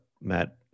Matt